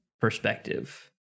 perspective